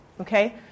okay